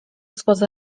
spoza